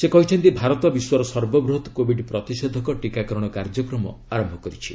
ସେ କହିଛନ୍ତି ଭାରତ ବିଶ୍ୱର ସର୍ବବୃହତ୍ କୋବିଡ୍ ପ୍ରତିଷେଧକ ଟିକାକରଣ କାର୍ଯ୍ୟକ୍ରମ ଆରମ୍ଭ କରିଛି